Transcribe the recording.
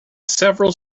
several